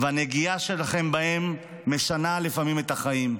והנגיעה שלכם בהם משנה לפעמים את החיים.